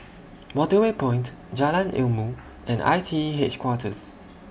Waterway Point Jalan Ilmu and I T E Headquarters